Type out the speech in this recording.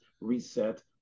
reset